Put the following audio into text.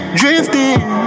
drifting